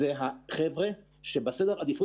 זה נוער שנמצא אצלנו בסדר העדיפות